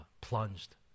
plunged